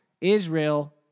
Israel